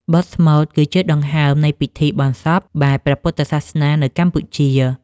បទស្មូតគឺជាដង្ហើមនៃពិធីបុណ្យសពបែបព្រះពុទ្ធសាសនានៅកម្ពុជា។